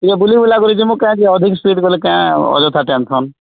ଟିକେ ବୁଲି ବୁଲା କରି ଜିମୁ କାଇ ଅଧିକ ସ୍ପିଡ଼ ଗଲେ କାଇଁ ଅଯଥା ଟେନସନ୍